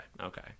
okay